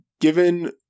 given